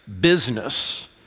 business